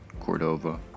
Cordova